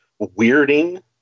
weirding